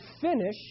finish